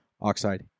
oxide